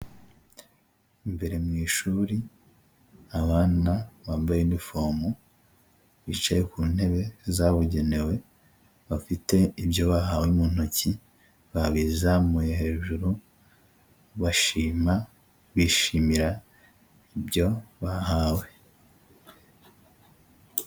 Imbere mu ishuri, abana bambaye inifomu, bicaye ku ntebe zabugenewe, bafite ibyo bahawe mu ntoki babizamuye hejuru, bashima, bishimira ibyo bahawe.